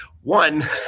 One